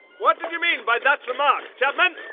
what did you mean by that remark? chapman!